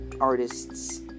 artists